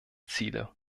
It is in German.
ziele